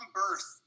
birth